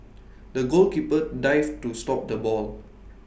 the goalkeeper dived to stop the ball